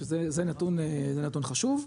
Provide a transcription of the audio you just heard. שזה זה נתון חשוב,